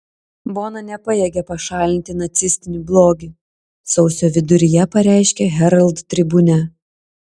bona nepajėgia pašalinti nacistinį blogį sausio viduryje pareiškė herald tribune